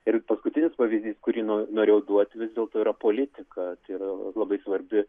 ir paskutinis pavyzdys kurį no norėjau duoti vis dėlto yra politika tai yra labai svarbi